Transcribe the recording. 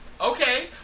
Okay